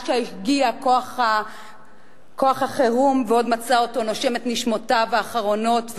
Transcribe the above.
שהגיע כוח החירום ועוד מצא אותו נושם את נשימותיו האחרונות,